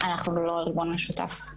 אנחנו לא ארגון משותף.